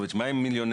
אבל מי שאין לו,